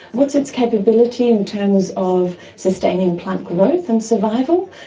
what's its capability in terms of sustaining plant growth and survival.